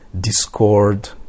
discord